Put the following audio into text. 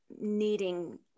needing